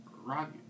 rock